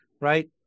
right